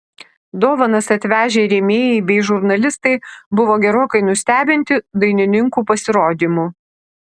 dovanas atvežę rėmėjai bei žurnalistai buvo gerokai nustebinti dainininkų pasirodymu